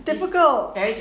they 不够